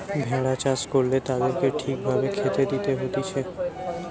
ভেড়া চাষ করলে তাদেরকে ঠিক ভাবে খেতে দিতে হতিছে